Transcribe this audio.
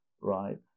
Right